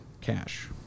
cash